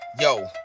Yo